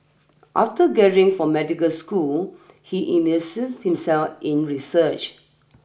after graduating from medical school he immersed himself in research